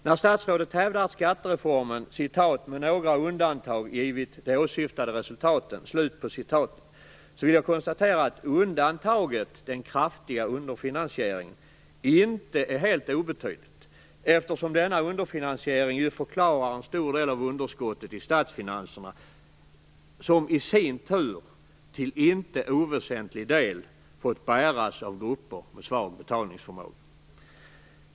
När statsrådet hävdar att skattereformen "med några undantag givit de åsyftade resultaten" vill jag konstatera att ett undantag, den kraftiga underfinansieringen, inte är helt obetydligt eftersom denna underfinansiering ju förklarar en stor del av underskottet i statsfinanserna, som i sin tur till inte oväsentlig del fått bäras av grupper med svag betalningsförmåga.